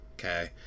okay